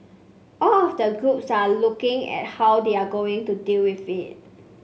all of the groups are looking at how they are going to deal with it